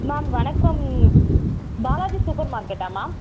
ma'am வணக்கம் Balaji super மார்க்கெட்டா ma'am